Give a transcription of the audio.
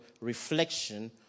reflection